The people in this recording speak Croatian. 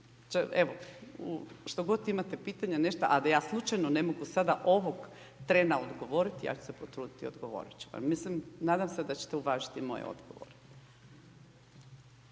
evo što god imate pitanja nešto a da ja slučajno ne mogu sada ovog trena odgovoriti, ja ću se potruditi i odgovoriti ću. Mislim, nadam se da ćete uvažiti moje odgovore.